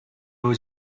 low